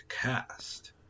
cast